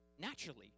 naturally